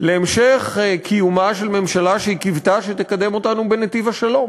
להמשך קיומה של ממשלה שהיא קיוותה שתקדם אותנו בנתיב השלום.